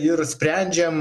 ir sprendžiam